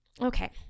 Okay